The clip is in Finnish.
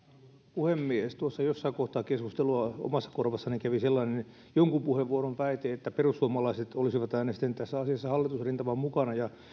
puhemies tuossa jossain kohtaa keskustelua omassa korvassani kävi jonkun puheenvuoron sellainen väite että perussuomalaiset olisivat äänestäneet tässä asiassa hallitusrintaman mukana